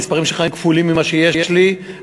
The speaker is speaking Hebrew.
המספרים שלך הם כפולים מאלה שיש לי.